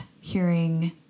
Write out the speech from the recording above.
hearing